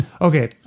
Okay